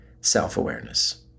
self-awareness